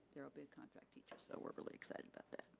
there will be a contact teacher, so we're really excited about that.